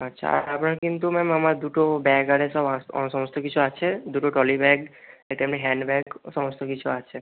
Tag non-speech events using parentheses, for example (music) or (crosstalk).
আচ্ছা আর আমার কিন্তু ম্যাম আমার দুটো ব্যাগ আর এসব (unintelligible) সমস্ত কিছু আছে দুটো ট্রলি ব্যাগ একটা এমনি হ্যান্ড ব্যাগ ও সমস্ত কিছু আছে